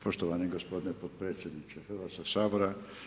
Poštovani gospodine potpredsjedniče Hrvatskog sabora.